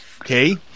Okay